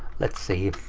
let's see.